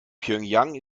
pjöngjang